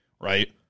right